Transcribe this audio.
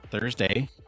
Thursday